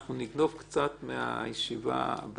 אנחנו נגנוב קצת מהישיבה הבאה.